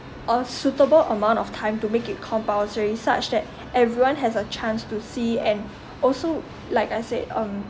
a suitable amount of time to make it compulsory such that everyone has a chance to see and also like I said um